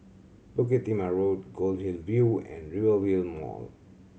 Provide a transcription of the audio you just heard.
Bukit Timah Road Goldhill View and Rivervale Mall